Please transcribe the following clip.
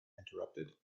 interrupted